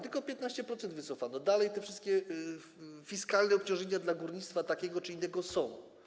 Tylko z 15% się wycofano, a dalej te wszystkie fiskalne obciążenia dla górnictwa takiego czy innego są.